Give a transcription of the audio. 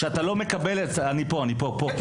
שאתה לא מקבל, אני פה, פה,